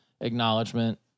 Acknowledgement